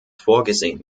vorgesehen